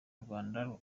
rwanda